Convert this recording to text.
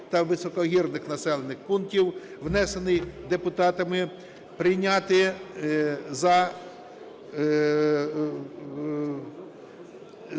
та високогірних населених пунктів, внесений депутатами, прийняти за...